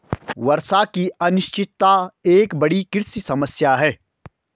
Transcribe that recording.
वर्षा की अनिश्चितता एक बड़ी कृषि समस्या है